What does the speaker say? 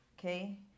okay